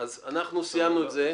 אנחנו סיימנו את זה.